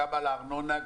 גם בנושא הארנונה,